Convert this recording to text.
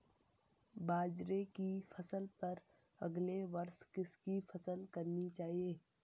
बाजरे की फसल पर अगले वर्ष किसकी फसल करनी चाहिए?